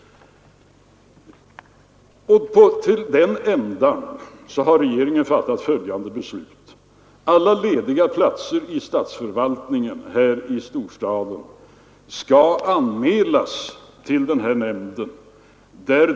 Till den ändan har regeringen fattat beslut om att alla lediga platser i statsförvaltningen här i huvudstaden skall anmälas till denna nämnd.